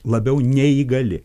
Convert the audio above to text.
labiau neįgali